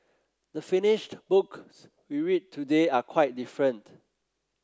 the finished books we read today are quite different